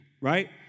right